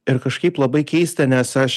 ir kažkaip labai keista nes aš